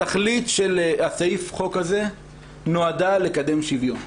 התכלית של סעיף החוק הזה נועדה לקדם שוויון.